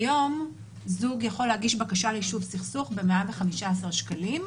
כיום זוג יכול להגיש בקשה ליישוב סכסוך ב-115 שקלים,